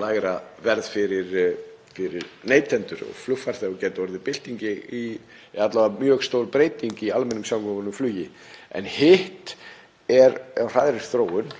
lægra verð fyrir neytendur og flugfarþega og gæti orðið bylting eða alla vega mjög stór breyting í almenningssamgöngum í flugi. En hitt er á hraðri þróun